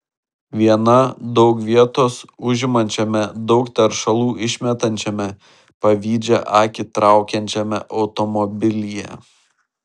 viena daug vietos užimančiame daug teršalų išmetančiame pavydžią akį traukiančiame automobilyje